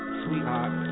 sweetheart